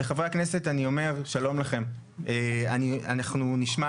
לחה"כ אני אומר, שלום לכם, אנחנו נשמע